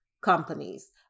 companies